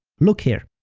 look here!